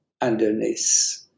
underneath